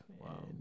Wow